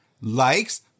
Likes